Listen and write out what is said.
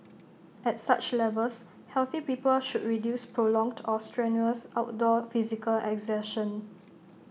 at such levels healthy people should reduce prolonged or strenuous outdoor physical exertion